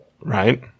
Right